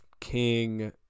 king